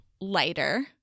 lighter